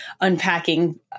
unpacking